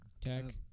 tech